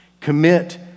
Commit